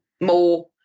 more